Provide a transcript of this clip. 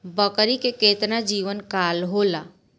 बकरी के केतना जीवन काल होला?